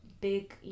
big